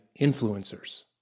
influencers